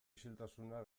isiltasuna